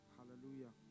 Hallelujah